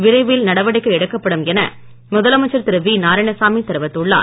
விரைவில் நடவடிக்கை எடுக்கப்படும் என முதலமைச்சர் திரு வி நாராயணசாமி தெரிவித்துள்ளார்